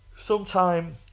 Sometime